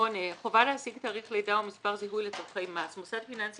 "החובה להשיג תאריך לידה או מספר זיהוי לצרכי מס מוסד פיננסי